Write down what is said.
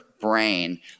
brain